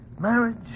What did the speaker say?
marriage